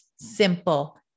simple